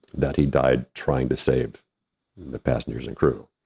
that he died trying to save the passengers and crew.